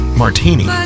martini